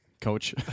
Coach